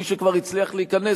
מי שכבר הצליח להיכנס,